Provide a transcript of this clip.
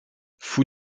fou